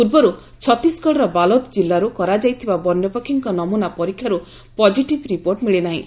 ପୂର୍ବରୁ ଛତିଶଗଡ଼ର ବାଲୋଦ୍ ଜିଲ୍ଲାରୁ କରାଯାଇଥିବା ବନ୍ୟପକ୍ଷୀଙ୍କ ନମୁନା ପରୀକ୍ଷାରୁ ପକିଟିଭ୍ ରିପୋର୍ଟ ମିଳି ନାହିଁ